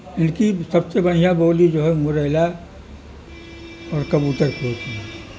ان کی سب سے بڑھیا بولی جو ہے مریلا ہے اور کبوتر کی ہوتی ہے